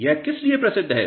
यह किस लिए प्रसिद्ध है